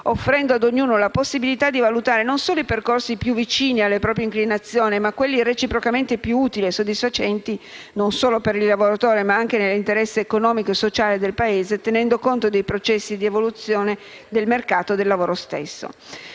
offrendo a ognuno la possibilità di valutare non solo i percorsi più vicini alle proprie inclinazioni, ma anche quelli reciprocamente più utili e soddisfacenti, e non solo per il lavoratore, ma anche nell'interesse economico e sociale del Paese, tenendo conto dei processi di evoluzione del mercato del lavoro stesso.